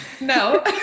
No